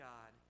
God